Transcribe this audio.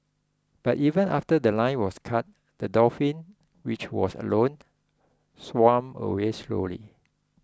but even after The Line was cut the dolphin which was alone swam away slowly